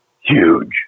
Huge